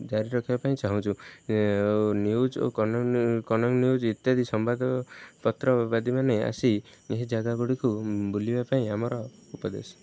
ଜାରି ରଖିବା ପାଇଁ ଚାହୁଁଛୁ ନ୍ୟୁଜ୍ ଓ କନକ ନ୍ୟୁଜ୍ ଇତ୍ୟାଦି ସମ୍ବାଦପତ୍ରବାଦୀ ମାନେ ଆସି ଏହି ଜାଗାଗୁଡ଼ିକୁ ବୁଲିବା ପାଇଁ ଆମର ଉପଦେଶ